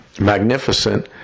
magnificent